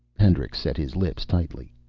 hendricks set his lips tightly.